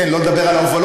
כן, שלא לדבר על ההובלות.